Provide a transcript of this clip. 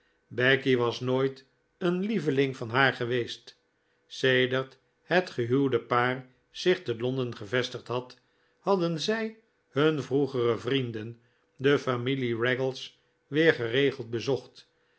becky was nooit een lieveling van haar geweest sedert het gehuwde paar zich te londen gevestigd had hadden zij hun vroegere vrienden de familie raggles weer geregeld bezocht